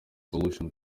solution